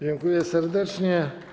Dziękuję serdecznie.